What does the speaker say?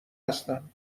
هستم